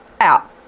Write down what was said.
out